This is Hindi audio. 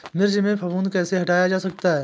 मिर्च में फफूंदी कैसे हटाया जा सकता है?